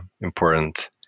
important